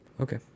Okay